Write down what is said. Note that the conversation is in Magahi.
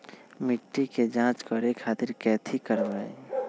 मिट्टी के जाँच करे खातिर कैथी करवाई?